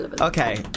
Okay